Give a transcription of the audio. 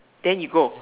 then you go